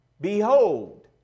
Behold